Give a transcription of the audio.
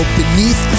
beneath